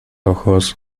ojos